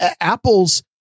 Apple's